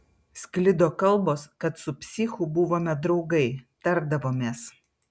sklido kalbos kad su psichu buvome draugai tardavomės